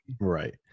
right